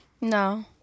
No